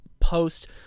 post